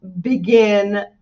begin